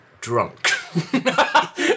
drunk